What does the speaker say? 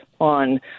on